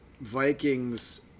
Vikings